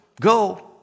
Go